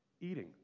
eating